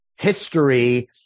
History